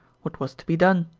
what was to be done?